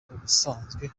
ubusanzwe